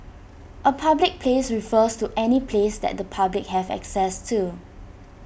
A public place refers to any place that the public have access to